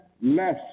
less